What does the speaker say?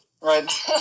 Right